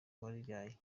uwariraye